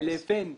על פי דין